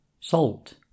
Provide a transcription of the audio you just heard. Salt